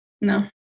No